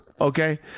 okay